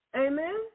Amen